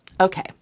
Okay